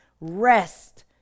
rest